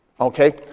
Okay